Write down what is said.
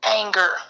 anger